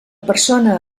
persona